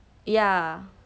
ya